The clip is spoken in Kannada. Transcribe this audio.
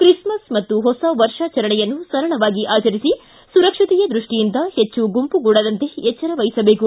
ತ್ರಿಸ್ಥಸ್ ಮತ್ತು ಹೊಸ ವರ್ಷಾಚರಣೆಯನ್ನು ಸರಳವಾಗಿ ಆಚರಿಸಿ ಸುರಕ್ಷತೆಯ ದೃಷ್ಟಿಯಿಂದ ಹೆಚ್ಚು ಗುಂಪುಗೂಡದಂತೆ ಎಚ್ಚರ ವಹಿಸಬೇಕು